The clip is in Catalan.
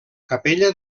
capella